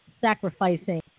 sacrificing